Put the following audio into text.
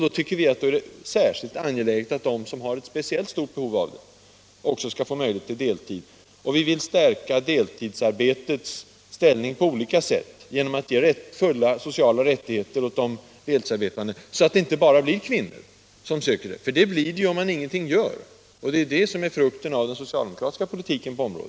Då är det särskilt angeläget att de som har ett speciellt stort behov av kortare arbetstid också skall få möjlighet till det. Vi vill vidare stärka deltidsarbetets ställning på olika sätt genom att ge fulla sociala rättigheter åt de deltidsarbetande, så att det inte bara blir kvinnor som söker deltidsarbete. Så blir det ju nämligen om man ingenting gör. Det är också det som är frukten av den socialdemokratiska politiken på området.